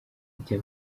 rya